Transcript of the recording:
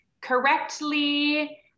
correctly